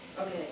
Okay